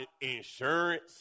insurance